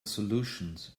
solutions